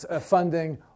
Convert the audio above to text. funding